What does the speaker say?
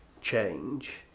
change